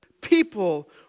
people